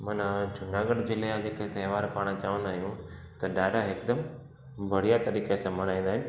मन जूनागढ़ जिले जा जेके तहिंवार पाण चवंदा आहियूं त ॾाढा हिकदमि बढ़िया तरीक़े सां मल्हाईंदा आहिनि